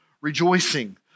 rejoicing